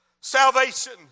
Salvation